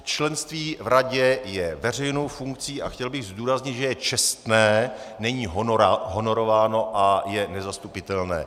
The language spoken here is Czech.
Členství v radě je veřejnou funkcí a chtěl bych zdůraznit, že je čestné, není honorováno a je nezastupitelné.